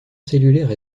cellulaire